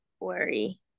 worry